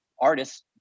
artists